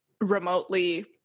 remotely